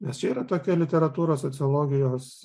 nes yra tokia literatūros sociologijos